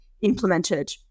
implemented